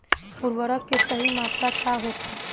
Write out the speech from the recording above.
उर्वरक के सही मात्रा का होखे?